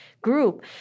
group